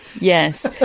yes